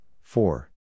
four